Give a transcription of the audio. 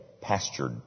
pastured